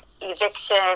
eviction